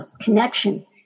connection